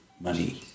money